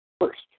first